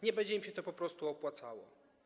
Nie będzie im się to po prostu opłacało.